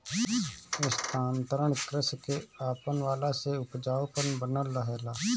स्थानांतरण कृषि के अपनवला से उपजाऊपन बनल रहेला